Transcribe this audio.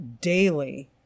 daily